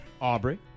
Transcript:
Aubrey